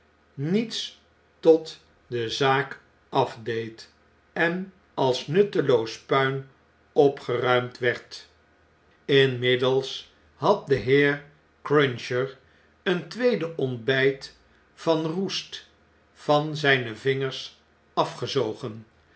niets tot de zaak afdeed en als nutteloos puin opgeruimd werd inmiddels had de heer cruncher een tweede ontbjjt van roest van zjjne vingers